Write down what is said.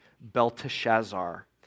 Belteshazzar